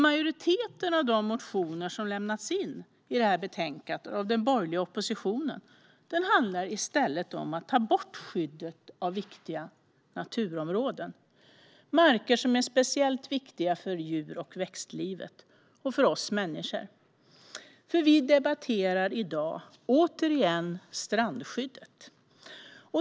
Majoriteten av de motioner som i samband med betänkandet lämnats in av den borgerliga oppositionen handlar i stället om ta bort skyddet av viktiga naturområden - marker som är speciellt viktiga för djur och växtlivet och för oss människor. Vi debatterar nämligen i dag, återigen, strandskyddet.